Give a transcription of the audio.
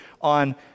on